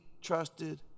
trusted